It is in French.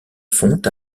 fonte